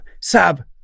Sab